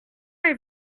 est